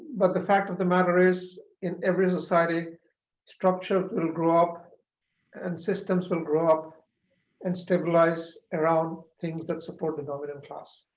but the fact of the matter is in every society structure will grow up and systems will grow up and stabilize around things that support the dominant class.